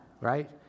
Right